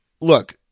look